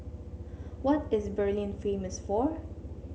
what is Berlin famous for